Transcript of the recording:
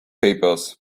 papers